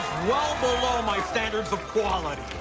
well below my standards of quality.